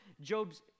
Job's